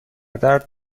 درد